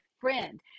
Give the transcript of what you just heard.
friend